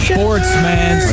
Sportsman